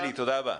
אלי בוך, תודה רבה.